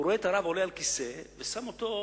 והוא רואה את הרב עולה על כיסא ושם אותו,